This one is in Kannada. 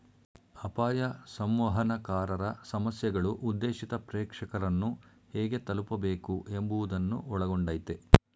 ಅಪಾಯ ಸಂವಹನಕಾರರ ಸಮಸ್ಯೆಗಳು ಉದ್ದೇಶಿತ ಪ್ರೇಕ್ಷಕರನ್ನು ಹೇಗೆ ತಲುಪಬೇಕು ಎಂಬುವುದನ್ನು ಒಳಗೊಂಡಯ್ತೆ